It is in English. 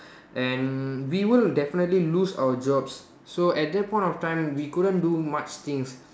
and we will definitely lose our jobs so at that point of time we couldn't do much things